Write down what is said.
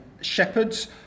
shepherds